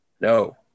No